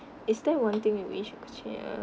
is there one thing you wish you could change err